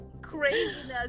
craziness